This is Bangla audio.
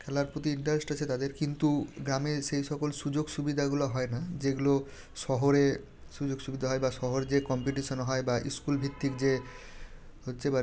খেলার প্রতি ইন্টারেস্ট আছে তাদের কিন্তু গ্রামে সেই সকল সুযোগ সুবিধাগুলো হয় না যেগুলো শহরে সুযোগ সুবিধা হয় বা শহরে যে কম্পিটিশান হয় বা স্কুলভিত্তিক যে হচ্ছে বা